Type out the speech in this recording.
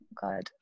God